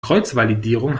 kreuzvalidierung